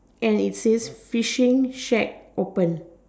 and it says fishing shack open